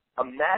Imagine